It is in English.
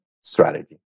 strategy